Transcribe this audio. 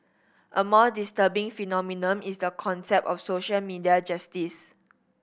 a more disturbing phenomenon is the concept of social media justice